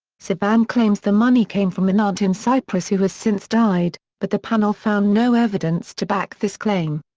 sevan claims the money came from an aunt in cyprus who has since died, but the panel found no evidence to back this claim.